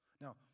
Now